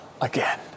again